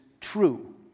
true